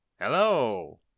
Hello